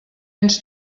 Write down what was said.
ens